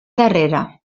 darrere